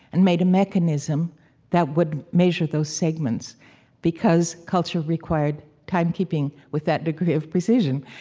and made a mechanism that would measure those segments because culture required timekeeping with that degree of precision.